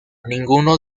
ninguno